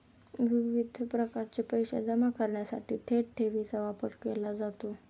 विविध प्रकारचे पैसे जमा करण्यासाठी थेट ठेवीचा वापर केला जातो